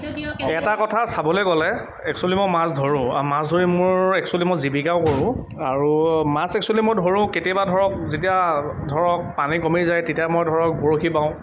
এটা কথা চাবলৈ গ'লে এক্সুৱেলী মই মাছ ধৰোঁ আৰু মই মাছ ধৰি মোৰ এক্সুৱেলি মই জীৱিকাও কৰোঁ আৰু মাছ এক্সুৱেলি মই ধৰোঁ কেতিয়াবা ধৰক যেতিয়া ধৰক পানী কমি যায় তেতিয়া মই ধৰক বৰশী বাওঁ